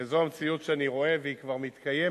וזו המציאות שאני רואה והיא כבר מתקיימת,